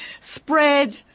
spread